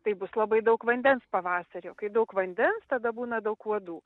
tai bus labai daug vandens pavasarį o kai daug vandens tada būna daug uodų